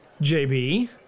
JB